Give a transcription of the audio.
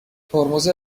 ترمز